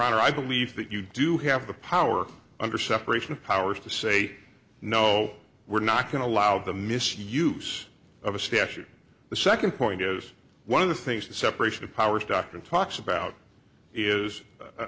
honor i believe that you do have the power under separation of powers to say no we're not going to allow the misuse of a statute the second point is one of the things the separation of powers doctrine talks about is